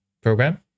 program